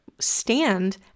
stand